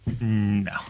No